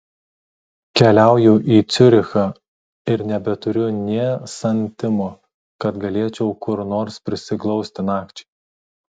keliauju į ciurichą ir nebeturiu nė santimo kad galėčiau kur nors prisiglausti nakčiai